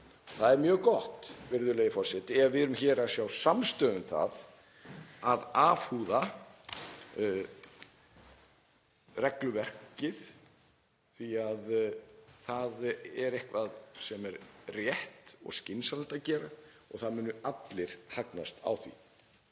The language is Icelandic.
Það er mjög gott, virðulegi forseti, ef við erum hér að sjá samstöðu um það að afhúða regluverkið, því að það er eitthvað sem er rétt og skynsamlegt að gera og það munu allir hagnast á því.